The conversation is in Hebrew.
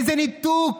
איזה ניתוק.